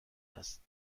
است